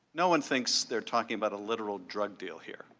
no one thinks they are talking about a literal drug deal here.